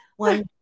One